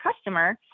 customer